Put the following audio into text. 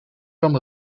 kwam